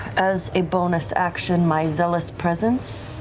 as a bonus action, my zealous presence,